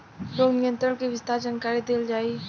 रोग नियंत्रण के विस्तार जानकरी देल जाई?